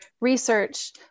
research